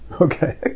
Okay